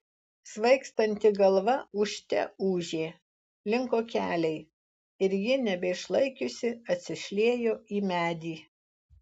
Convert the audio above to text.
svaigstanti galva ūžte ūžė linko keliai ir ji nebeišlaikiusi atsišliejo į medį